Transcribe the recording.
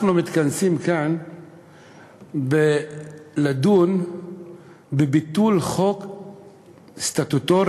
אנחנו מתכנסים כאן לדון בביטול חוק סטטוטורי,